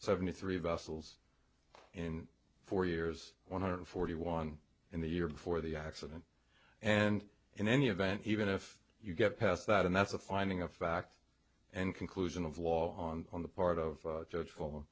seventy three vessels in four years one hundred forty one in the year before the accident and in any event even if you get past that and that's a finding of fact and conclusions of law on the part of judge for